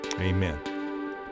amen